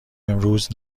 امروز